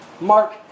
mark